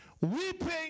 Weeping